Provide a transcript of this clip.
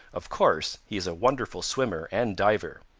of course he is a wonderful swimmer and diver.